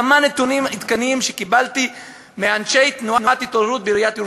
כמה נתונים עדכניים שקיבלתי מאנשי תנועת "התעוררות" בעיריית ירושלים,